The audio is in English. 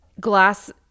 glass